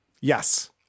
Yes